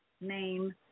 name